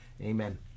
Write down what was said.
Amen